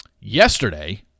Yesterday